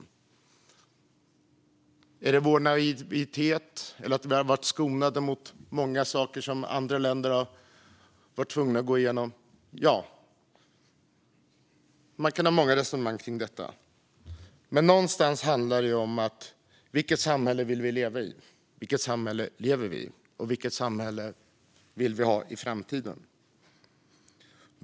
Beror det på vår naivitet eller på att vi har varit förskonade från många saker som andra länder har varit tvungna att gå igenom? Man kan som sagt ha många åsikter om detta. Men någonstans handlar det här om vilket samhälle vi vill leva i, vilket samhälle vi lever i och vilket samhälle vi vill ha i framtiden.